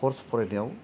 course फरायनायाव